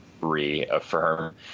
reaffirm